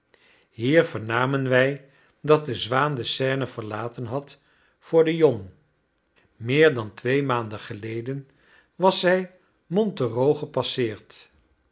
hier vernamen wij dat de zwaan de seine verlaten had voor de yonne meer dan twee maanden geleden was zij montereau gepasseerd